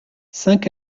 cinq